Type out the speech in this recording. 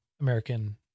American